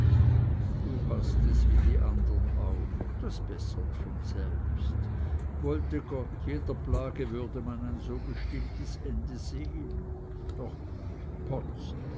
du hast es wie die andern auch das bessert von selbst wollte gott jeder plage würde man ein so bestimmtes ende sehen doch potz